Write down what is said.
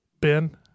Ben